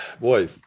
boy